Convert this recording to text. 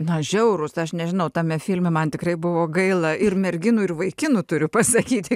na žiaurūs aš nežinau tame filme man tikrai buvo gaila ir merginų ir vaikinų turiu pasakyti